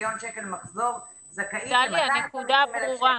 מיליון שקל מחזור זכאית ל-250,000 שקל,